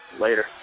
later